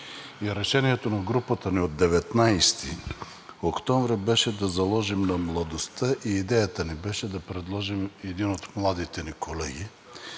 и решението на групата ни от 19 октомври беше да заложим на младостта и идеята ни беше да предложим един от младите ни колеги,